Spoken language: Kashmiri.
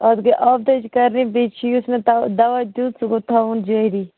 اَتھ گٔے آبہٕ دَجہِ کَرنہِ بیٚیہِ چھِ یُس مےٚ دوا دیُت سُہ گوٚو تھاوُن جٲری